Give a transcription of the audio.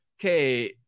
okay